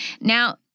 Now